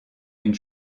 une